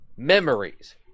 memories